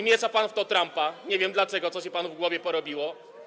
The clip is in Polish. Miesza pan w to Trumpa, nie wiem dlaczego, co się panu w głowie porobiło.